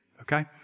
Okay